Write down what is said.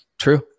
true